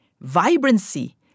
vibrancy